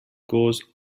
goes